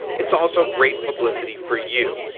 it's also great publicity for you,